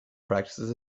practices